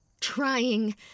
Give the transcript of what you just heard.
trying